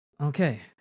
Okay